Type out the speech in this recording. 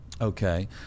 okay